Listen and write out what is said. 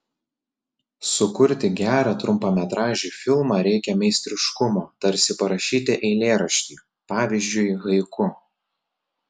sukurti gerą trumpametražį filmą reikia meistriškumo tarsi parašyti eilėraštį pavyzdžiui haiku